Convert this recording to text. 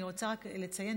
אני רוצה רק לציין,